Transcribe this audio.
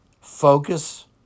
focus